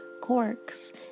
corks